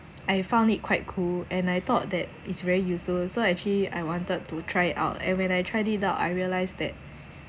I found it quite cool and I thought that it's very useful so actually I wanted to try it out and when I tried it out I realise that